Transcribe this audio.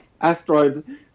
Asteroid